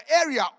area